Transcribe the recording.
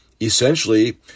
essentially